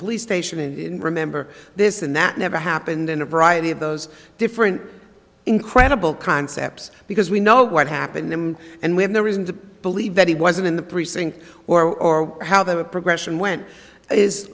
police station in remember this and that never happened in a variety of those different incredible concepts because we know what happened him and we have no reason to believe that he wasn't in the precinct or how the progression went is